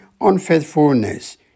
unfaithfulness